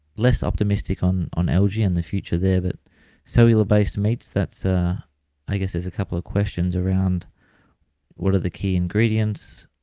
less optimistic on on algae and the future there but cellular-based meats that's, ah i guess there's a couple of questions around what are the key ingredients,